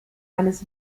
eines